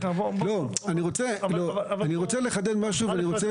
אני רוצה לחדד משהו.